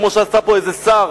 כמו שעשה פה איזה שר